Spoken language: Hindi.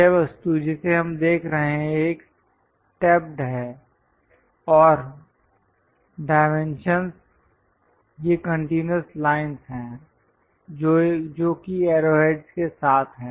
यह वस्तु जिसे हम देख रहे हैं एक स्टेप्ड है और डाइमेंशंस ये कंटीन्यूअस लाइनस् हैं जो कि एरोहेडस् के साथ हैं